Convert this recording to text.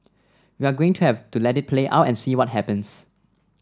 we're going to have to let it play out and see what happens